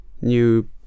new